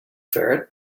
ferret